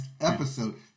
episode